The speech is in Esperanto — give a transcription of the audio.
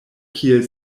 kiel